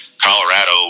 Colorado